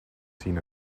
seen